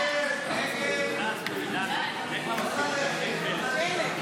להעביר לוועדה את הצעת חוק מינהלת המילואים,